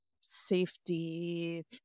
safety